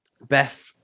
Beth